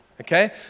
okay